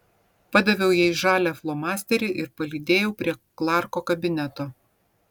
padaviau jai žalią flomasterį ir palydėjau prie klarko kabineto